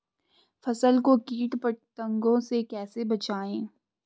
फसल को कीट पतंगों से कैसे बचाएं?